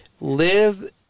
live